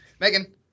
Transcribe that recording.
Megan